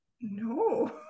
No